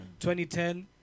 2010